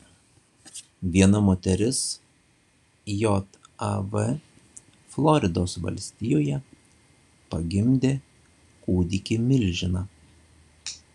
viena moteris jav floridos valstijoje pagimdė kūdikį milžiną